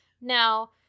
now